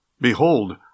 Behold